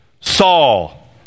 Saul